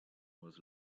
was